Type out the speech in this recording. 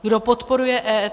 Kdo podporuje EET?